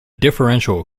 differential